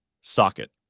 Socket